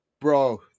Bro